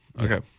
Okay